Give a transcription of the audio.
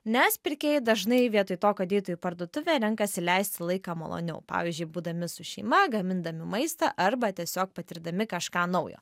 nes pirkėjai dažnai vietoj to kad eitų į parduotuvę renkasi leisti laiką maloniau pavyzdžiui būdami su šeima gamindami maistą arba tiesiog patirdami kažką naujo